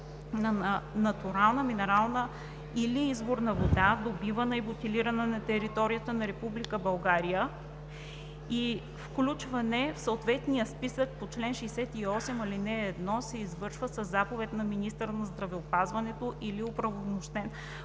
на натурална минерална или изворна вода, добивана и бутилирана на територията на Република България, и включване в съответния списък по чл. 68, ал. 1 се извършва със заповед на министъра на здравеопазването или на оправомощен